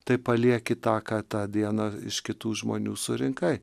tai palieki tą ką tą dieną iš kitų žmonių surinkai